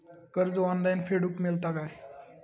कर्ज ऑनलाइन फेडूक मेलता काय?